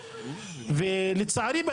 ולצערי,